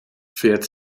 fährt